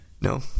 No